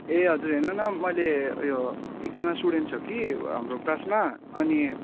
ए हजुर हेर्नु न मैले उयो एकजना स्टुडेन्ट छ कि हाम्रो क्लासमा अनि